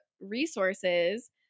resources